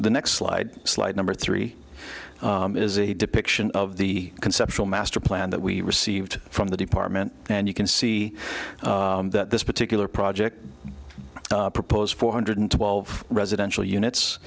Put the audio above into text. the next slide slide number three is a depiction of the conceptual master plan that we received from the department and you can see that this particular project proposed four hundred twelve residential units